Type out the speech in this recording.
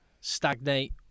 stagnate